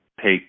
take